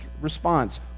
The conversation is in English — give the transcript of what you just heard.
response